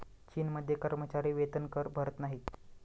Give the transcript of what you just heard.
चीनमध्ये कर्मचारी वेतनकर भरत नाहीत